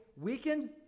weakened